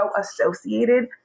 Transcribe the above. associated